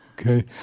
Okay